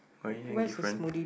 got anything different